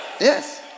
Yes